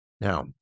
Now